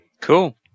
Cool